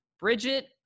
Bridget